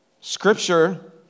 Scripture